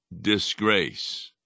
disgrace